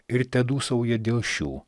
ir tedūsauja dėl šių